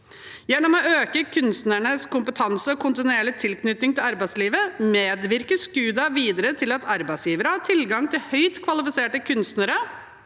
Gjennom å øke kunstnernes kompetanse og kontinuerlige tilknytning til arbeidslivet medvirker SKUDA videre til at arbeidsgivere har tilgang på høyt kvalifiserte kunstnere,